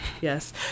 Yes